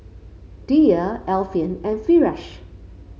Dhia Alfian and Firash